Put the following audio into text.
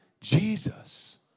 Jesus